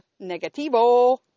Negativo